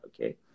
okay